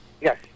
Yes